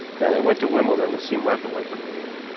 then i went to wimbledon to see martha wakeling again,